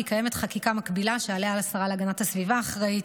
כי קיימת חקיקה מקבילה שעליה השרה להגנת הסביבה אחראית,